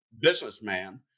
businessman